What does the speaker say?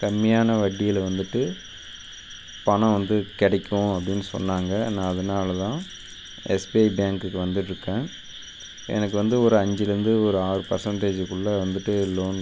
கம்மியான வட்டியில் வந்துவிட்டு பணம் வந்து கிடைக்கும் அப்படின்னு சொன்னாங்க நான் அதனால் தான் எஸ்பிஐ பேங்க்குக்கு வந்திருக்கேன் எனக்கு வந்து ஒரு அஞ்சுலேருந்து ஒரு ஆறு பர்சண்டேஜுக்குள்ள வந்துவிட்டு லோன்